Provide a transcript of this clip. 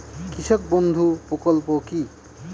কৃষক বন্ধু প্রকল্প কি?